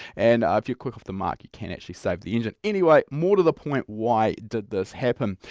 and if you're quick off the mark you can actually save the engine. anyway more to the point why did this happen?